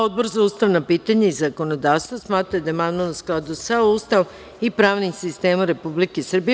Odbor za ustavna pitanja i zakonodavstvo smatra da je amandman u skladu sa Ustavom i pravnim sistemom Republike Srbije.